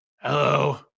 Hello